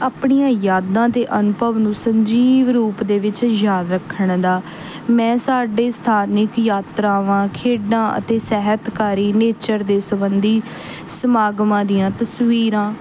ਆਪਣੀਆਂ ਯਾਦਾਂ ਦੇ ਅਨੁਭਵ ਨੂੰ ਸੰਜੀਵ ਰੂਪ ਦੇ ਵਿੱਚ ਯਾਦ ਰੱਖਣ ਦਾ ਮੈਂ ਸਾਡੇ ਸਥਾਨਕ ਯਾਤਰਾਵਾਂ ਖੇਡਾਂ ਅਤੇ ਸਾਹਿਤਕਾਰੀ ਨੇਚਰ ਦੇ ਸੰਬੰਧੀ ਸਮਾਗਮਾਂ ਦੀਆਂ ਤਸਵੀਰਾਂ